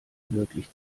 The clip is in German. wirklich